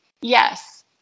yes